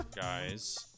guys